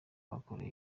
bakorewe